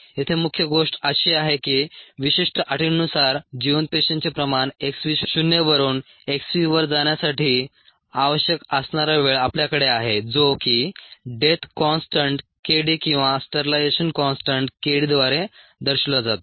येथे मुख्य गोष्ट अशी आहे की विशिष्ट अटींनुसार जिवंत पेशींचे प्रमाण x v शून्य वरून x v वर जाण्यासाठी आवश्यक असणारा वेळ आपल्याकडे आहे जो की डेथ काँस्टंट k d किंवा स्टरीलायझेशन काँस्टंट k d द्वारे दर्शविला जातो